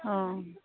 অঁ